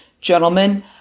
gentlemen